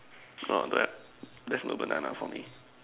oh don't have there's no bananas for me